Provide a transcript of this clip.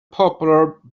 popular